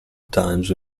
times